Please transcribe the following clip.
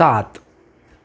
સાત